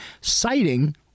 citing